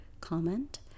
comment